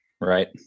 right